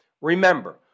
Remember